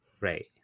right